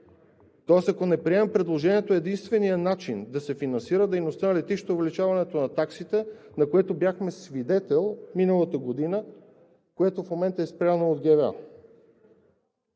Тоест, ако не приемем предложението, единственият начин да се финансира дейността на летището е увеличаването на таксите, на което бяхме свидетели миналата година, което в момента е спряно от ГВА.